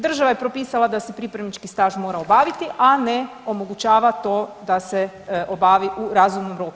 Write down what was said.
Država je propisala da se pripravnički staž mora obaviti, a ne omogućava to da se obavi u razumnom roku.